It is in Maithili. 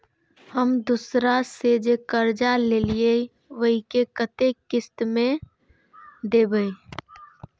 हम दोसरा से जे कर्जा लेलखिन वे के कतेक किस्त में दे के चाही?